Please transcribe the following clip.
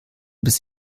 bis